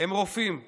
הם הראשונים בחזית.